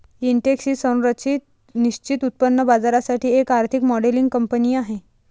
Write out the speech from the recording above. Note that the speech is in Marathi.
इंटेक्स ही संरचित निश्चित उत्पन्न बाजारासाठी एक आर्थिक मॉडेलिंग कंपनी आहे